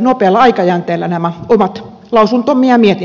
nopealla aikajänteellä nämä omat lausuntomme ja mietintömme